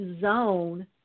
zone